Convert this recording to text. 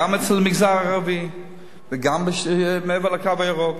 גם במגזר הערבי וגם מעבר ל"קו הירוק".